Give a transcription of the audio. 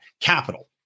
capital